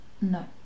No